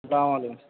السّلام علیکم